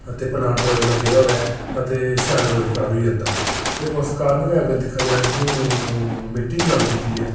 ते प्लांट लग्गे दा होऐ ते शैल रोज़गार होई जंदा ते उस कारण गै अगर दिक्खेआ जा हून मिट्टी दी गल्ल कीती ऐ